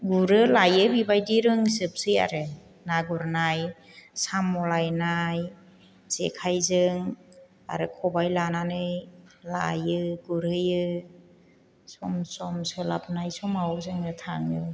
गुरो लायो बेबायदि रोंजोबसै आरो ना गुरनाय साम' लायनाय जेखाइजों आरो खबाइ लानानै लायो गुरहैयो सम सम सोलाबनाय समाव जोङो थाङो